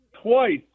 twice